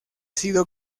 sido